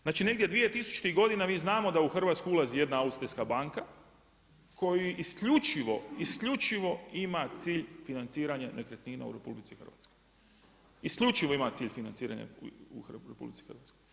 Znači, negdje dvije tisućitih godina mi znamo da u Hrvatsku ulazi jedna austrijska banka koja isključivo, isključivo ima cilj financiranje nekretnina u RH, isključivo ima cilj financiranja u RH.